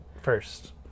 first